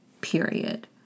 period